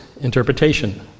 interpretation